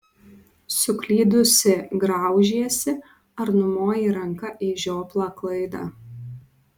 suklydusi graužiesi ar numoji ranka į žioplą klaidą